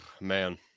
Man